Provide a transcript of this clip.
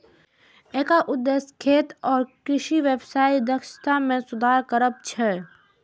एकर उद्देश्य खेत आ कृषि व्यवसायक दक्षता मे सुधार करब छै